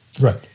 Right